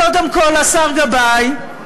קודם כול, השר גבאי,